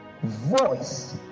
Voice